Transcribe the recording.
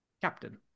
captain